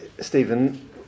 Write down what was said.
Stephen